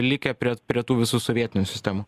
likę prie prie tų visų sovietinių sistemų